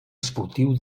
esportiu